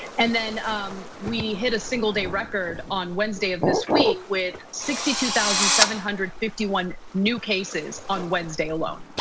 and then um we hit a single day record on wednesday of this week with sixty two thousand seven hundred and fifty one new cases on wednesday alone.